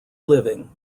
living